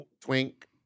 Twink